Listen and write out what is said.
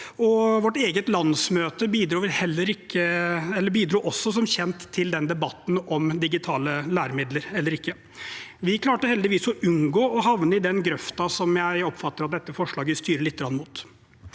Vårt eget landsmøte bidro som kjent også til denne debatten om digitale læremidler. Vi klarte heldigvis å unngå å havne i den grøften jeg oppfatter at dette forslaget styrer litt mot.